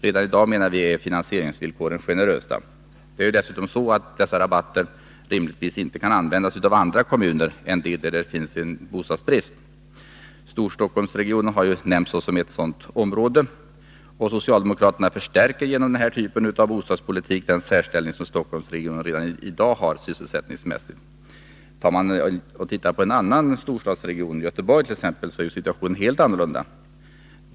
Redan i dag är finansieringsvillkoren generösa, menar vi. Det är ju dessutom så att dessa rabatter inte kan användas av andra kommuner än dem där det finns bostadsbrist. Storstockholmsregionen har nämnts såsom ett sådant område. Socialdemokraterna förstärker dessutom genom den här typen av bostadspolitik den särställning som Stockholmsregionen redan i dag har sysselsättningsmässigt. Tittar man på en annan storstadsregion, Göteborg t.ex., är situationen helt annorlunda.